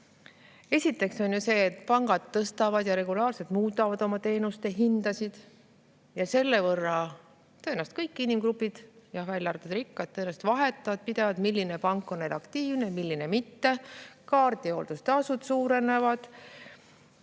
Esiteks, pangad tõstavad ja regulaarselt muudavad oma teenuste hindasid, ja selle tõttu tõenäoliselt kõik inimgrupid, välja arvatud rikkad, tõenäoliselt pidevalt [valivad], milline pank on neil aktiivne, milline mitte. Kaardihooldustasud suurenevad.